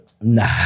Nah